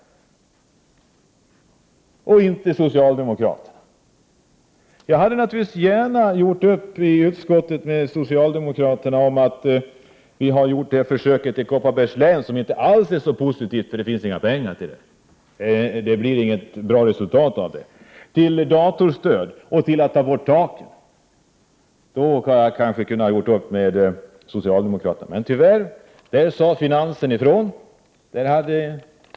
Det var inte socialdemokraterna. Jag hade naturligtvis gärna gjort upp i utskottet med socialdemokraterna — man har gjort ett försök i Kopparbergs län, som inte alls har blivit så bra, eftersom det inte funnits pengar till det — om datorstöd och om att ta bort taket för antalet lönebidragsplatser hos de ideella organisationerna. Under de förutsättningarna hade jag kanske kunnat göra upp med socialdemokraterna, men tyvärr sade finansdepartementet ifrån.